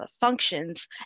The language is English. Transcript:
functions